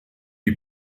die